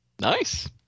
Nice